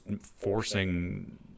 forcing